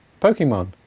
Pokemon